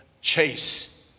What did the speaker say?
Chase